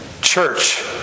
church